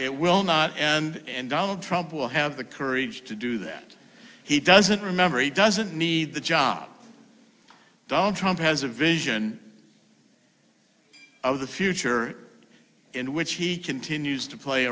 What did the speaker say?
it will not and donald trump will have the courage to do that he doesn't remember he doesn't need the job don't trump has a vision of the future in which he continues to play